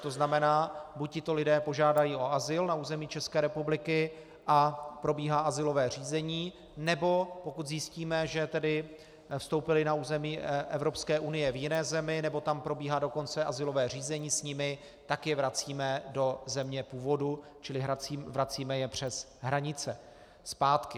To znamená, buď tito lidé požádají o azyl na území České republiky a probíhá azylové řízení, nebo pokud zjistíme, že tedy vstoupili na území Evropské unie v jiné zemi nebo tam probíhá dokonce azylové řízení s nimi, tak je vracíme do země původu, čili vracíme je přes hranice zpátky.